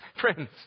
friends